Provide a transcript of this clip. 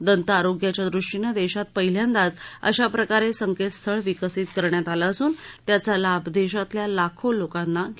दंत आरोग्याच्या दृष्टीने देशात पहिल्यांदाच अशा प्रकारे संकेतस्थळ विकसित करण्यात आले असून त्याचा लाभ देशातल्या लाखो लोकांना घेता येणार आहे